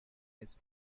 his